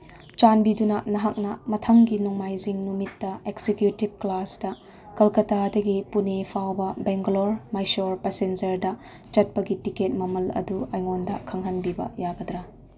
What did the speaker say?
ꯆꯥꯟꯕꯤꯗꯨꯅ ꯅꯍꯥꯛꯅ ꯃꯊꯪꯒꯤ ꯅꯣꯡꯃꯥꯏꯖꯤꯡ ꯅꯨꯃꯤꯠꯇ ꯑꯦꯛꯁꯤꯒ꯭ꯌꯨꯇꯤꯞ ꯀ꯭ꯂꯥꯁꯇ ꯀꯜꯀꯇꯥꯗꯒꯤ ꯄꯨꯅꯦ ꯐꯥꯎꯕ ꯕꯦꯡꯒꯂꯣꯔ ꯃꯥꯏꯁꯣꯔ ꯄꯦꯁꯦꯟꯖꯔꯗ ꯆꯠꯄꯒꯤ ꯇꯤꯀꯦꯠ ꯃꯃꯜ ꯑꯗꯨ ꯑꯩꯉꯣꯟꯗ ꯈꯪꯍꯟꯕꯤꯕ ꯌꯥꯒꯗ꯭ꯔꯥ